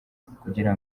kugira